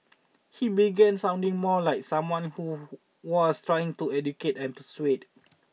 he began sounding more like someone who was trying to educate and persuade